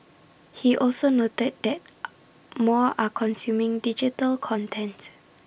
he also noted that more are consuming digital contents